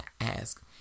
ask